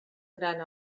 gran